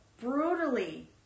brutally